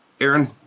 Aaron